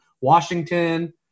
Washington